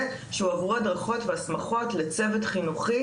ושהועברו הדרכות והסמכות לצוות חינוכי,